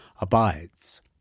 abides